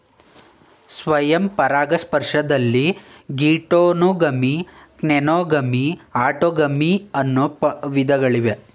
ಸ್ವಯಂ ಪರಾಗಸ್ಪರ್ಶದಲ್ಲಿ geitonogamy, xenogamy, autogamy ಅನ್ನೂ ವಿಧಗಳಿವೆ